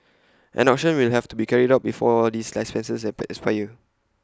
an auction will have to be carried out before these less licenses expire for you